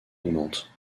augmente